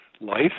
life